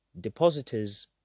depositors